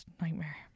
nightmare